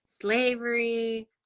slavery